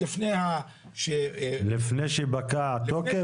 לפני שפקע התוקף?